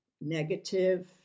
negative